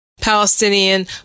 Palestinian